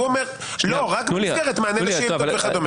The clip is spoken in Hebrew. רק במסגרת מענה לשאילתות וכדומה.